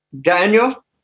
daniel